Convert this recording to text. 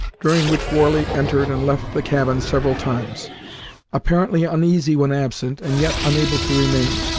during which warley entered and left the cabin several times apparently uneasy when absent, and yet unable to remain.